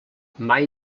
mai